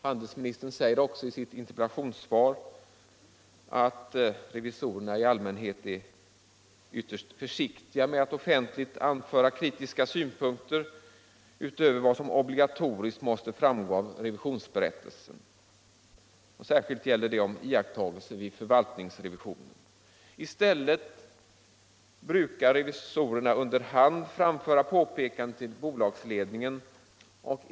Handelsministern säger ju också i sitt interpellationssvar att revisorerna i allmänhet är ytterst försiktiga med att offentligt anföra kritiska synpunkter utöver vad som obligatoriskt måste framgå av revisionsberättelsen. Särskilt gäller detta vid förvaltningsrevisionen. I stället brukar revisorerna under hand framföra påpekanden till bolagsledningen.